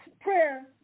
prayer